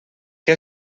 que